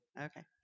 Okay